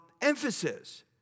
emphasis